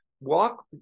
walk